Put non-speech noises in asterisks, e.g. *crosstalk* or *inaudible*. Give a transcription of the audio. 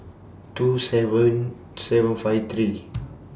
two seven seven five three *noise*